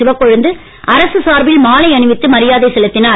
சிவக்கொழுந்து அரசு சார்பில் மாலை அணிவித்து மரியாதை செலுத்தினார்